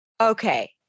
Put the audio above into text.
Okay